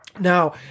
Now